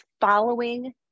following